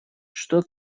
что